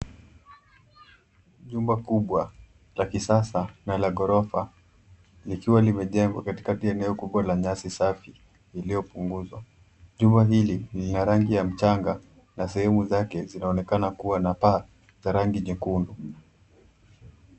Jumba kubwa la kisasa na la ghorofa likiwa limejengwa katikati ya eneo kubwa la nyasi safi ziliopunguzwa. Jumba hili lina rangi ya mchanga na sehemu zake zinaonekana kuwa na paa za rangi nyekundu.